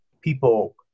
people